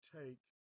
take